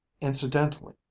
Incidentally